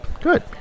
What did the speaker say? good